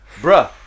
bruh